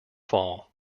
fall